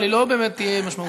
אבל היא לא באמת תהיה משמעותית.